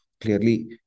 Clearly